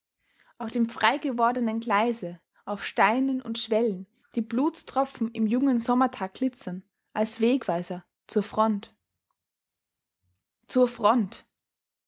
auf dem freigewordenen geleise auf steinen und schwellen die blutstropfen im jungen sommertag glitzern als wegweiser zur front zur front